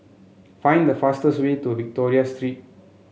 find the fastest way to Victoria Street